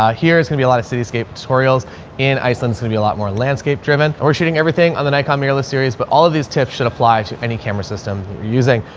ah, here it's gonna be a lot of cityscape tutorials in iceland's gonna be a lot more landscape driven or shooting everything on the nikon mirrorless series. but all of these tips should apply to any camera system you're using.